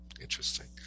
Interesting